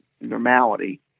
normality